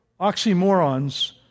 oxymorons